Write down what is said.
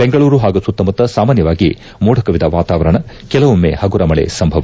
ಬೆಂಗಳೂರು ಹಾಗೂ ಸುತ್ತಮುತ್ತ ಸಾಮಾನ್ಥವಾಗಿ ಮೋಡಕವಿದ ವಾತಾವರಣ ಕೆಲವೊಮ್ಮೆ ಹಗುರ ಮಳಿ ಸಂಭವ